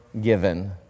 given